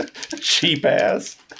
Cheap-ass